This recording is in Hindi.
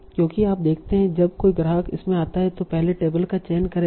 क्योंकि आप देखते हैं जब कोई ग्राहक इसमें आता है तो पहले टेबल का चयन करेगा